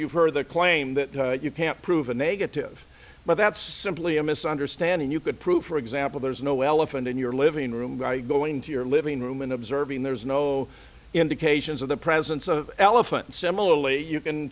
you've heard the claim that you can't prove a negative but that's simply a misunderstanding you could prove for example there's no elephant in your living room by going to your living room and observing there's no indications of the presence of elephants similarly you can